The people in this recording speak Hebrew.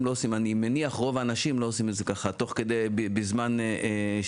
אני מניח שרוב האנשים לא עושים את זה בזמן שעמום,